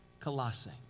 Colossae